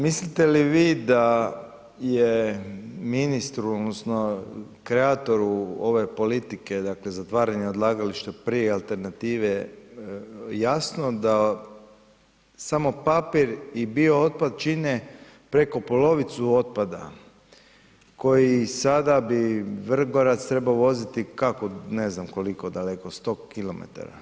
Mislite li vi da je ministru odnosno kreatoru ove politike, dakle zatvaranje odlagalište prije alternative jasno da samo papir i biootpad čine preko polovicu otpada koji sada bi Vrgorac trebao voziti kako ne znam koliko daleko 100 km.